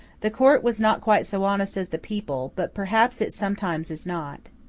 the court was not quite so honest as the people but perhaps it sometimes is not.